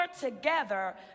together